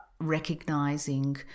recognizing